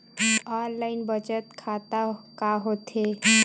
Online बचत खाता का होथे?